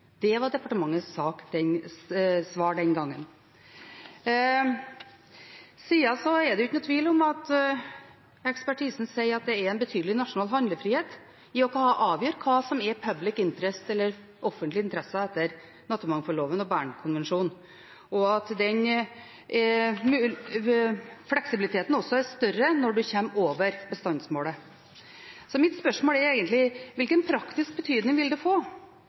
Det var departementets svar den gangen. Det er ingen tvil om at ekspertisen sier at det er en betydelig nasjonal handlefrihet i å avgjøre hva som er «public interest», eller offentlige interesser, etter naturmangfoldloven og Bern-konvensjonen, og at den fleksibiliteten også er større når en kommer over bestandsmålet. Så mitt spørsmål er egentlig: Hvilken praktisk betydning vil det få?